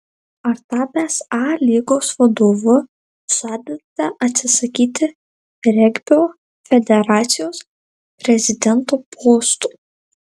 ar tapęs a lygos vadovu žadate atsisakyti regbio federacijos prezidento posto